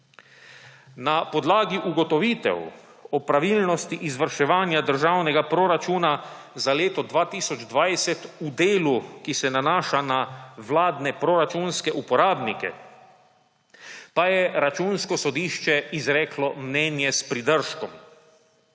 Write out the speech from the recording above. Na podlagi ugotovitev o pravilnosti izvrševanja državnega proračuna za leto 2020 v delu, ki se nanaša na vladne proračunske uporabnike, pa je Računsko sodišče izreklo mnenje s pridržkom.